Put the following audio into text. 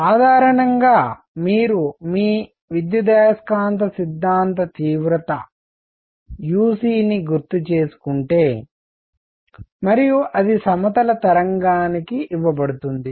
సాధారణంగా మీరు మీ విద్యుదయస్కాంత సిద్ధాంత తీవ్రత uc ని గుర్తుచేసుకుంటే మరియు అది సమతల తరంగానికి ఇవ్వబడుతుంది